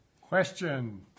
Question